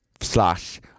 slash